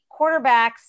quarterbacks